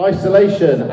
Isolation